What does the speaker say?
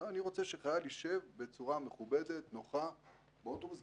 אני רוצה שחייל יישב בצורה מכובדת נוחה באוטובוס,